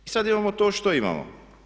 I sada imamo to što imamo.